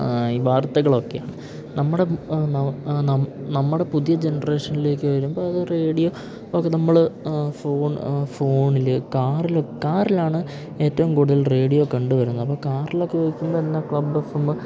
ഈ വാർത്തകളൊക്കെയാണ് നമ്മുടെ ന നമ്മുടെ പുതിയ ജനറേഷനിലേക്ക് വരുമ്പോൾ അത് റേഡിയോ ഒക്കെ നമ്മൾ ഫോൺ ഫോണിൽ കാറിലക് കാറിലാണ് ഏറ്റവും കൂടുതൽ റേഡിയോ കണ്ട് വരുന്നത് അപ്പം കാറിലൊക്കെ വെക്കുമ്പം എന്ന ക്ലബ് എഫ് എം